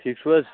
ٹھیٖک چھُو حظ